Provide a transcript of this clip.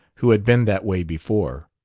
who had been that way before,